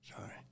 Sorry